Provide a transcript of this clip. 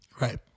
Right